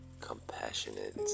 compassionate